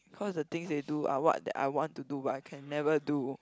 cause the things they do are what that I want to do but I can never do